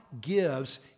gives